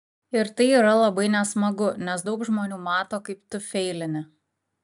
ir tai yra labai nesmagu nes daug žmonių mato kaip tu feilini